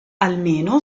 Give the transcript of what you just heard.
almeno